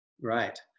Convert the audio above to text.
right